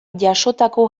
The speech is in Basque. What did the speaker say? jasotako